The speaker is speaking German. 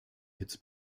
hits